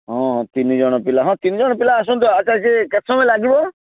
ହଁ ତିନି ଜଣ ପିଲା ହଁ ତିନି ଜଣ ପିଲା ଆସନ୍ତୁ ଆଚ୍ଛା ସିଏ କେତେ ସମୟ ଲାଗିବ